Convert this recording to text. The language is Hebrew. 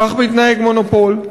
כך מתנהג מונופול.